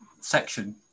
section